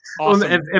Awesome